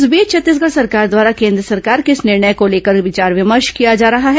इस बीच छत्तीसगढ़ सरकार द्वारा केन्द्र सरकार के इस निर्णय को लेकर विचार विमर्श किया जा रहा है